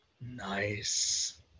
Nice